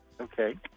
Okay